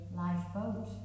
lifeboat